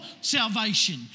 salvation